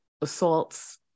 assaults